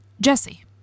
Jesse